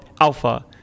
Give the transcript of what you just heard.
alpha